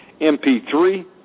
MP3